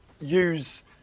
use